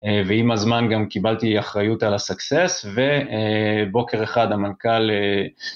ועם הזמן גם קיבלתי אחריות על הסקסס, ובוקר אחד המנכ״ל...